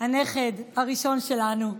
הנכד הראשון שלנו,